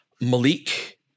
Malik